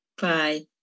Bye